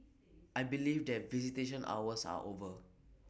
I believe that visitation hours are over